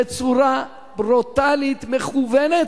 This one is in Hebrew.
בצורה ברוטלית, מכוונת,